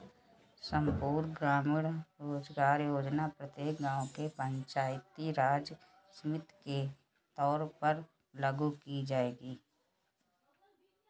संपूर्ण ग्रामीण रोजगार योजना प्रत्येक गांव के पंचायती राज समिति के तौर पर लागू की जाएगी